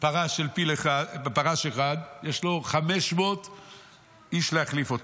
פרש אחד, יש לו 500 איש להחליף אותו.